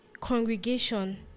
congregation